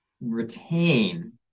retain